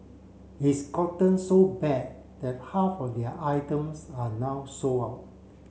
it's gotten so bad that half of their items are now sold out